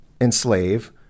enslave